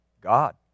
God